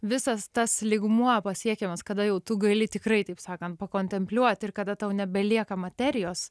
visas tas lygmuo pasiekiamas kada jau tu gali tikrai taip sakant pakontempliuot ir kada tau nebelieka materijos